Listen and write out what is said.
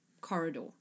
corridor